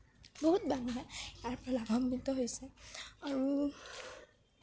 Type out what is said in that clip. বহুত ইয়াৰ পৰা লাভাম্বিত হৈছে আৰু